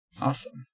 awesome